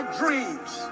dreams